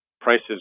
prices